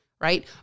right